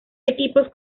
equipos